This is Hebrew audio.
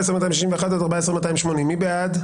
14,121 עד 14,140, מי בעד?